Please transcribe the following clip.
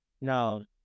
No